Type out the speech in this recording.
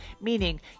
Meaning